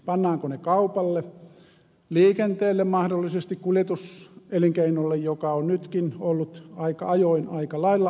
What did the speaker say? pannaanko ne kaupalle liikenteelle mahdollisesti kuljetuselinkeinolle joka on nytkin ollut aika ajoin aika lailla ahtaalla